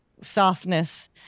softness